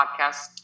podcast